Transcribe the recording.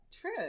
true